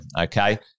okay